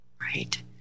Right